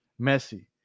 Messi